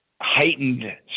heightened